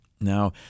Now